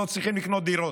לא צריכים לקנות דירות,